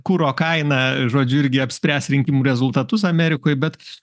kuro kaina žodžiu irgi apspręs rinkimų rezultatus amerikoje bet